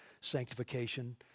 sanctification